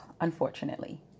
unfortunately